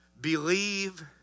believe